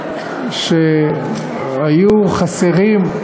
שהיו חסרים,